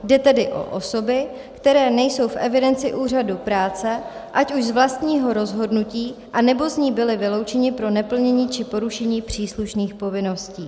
Jde tedy o osoby, které nejsou v evidenci Úřadu práce, ať už z vlastního rozhodnutí, anebo z ní byli vyloučeni pro neplnění či porušení příslušných povinností.